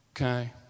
okay